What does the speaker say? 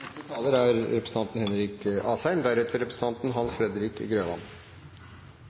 Neste taler er representanten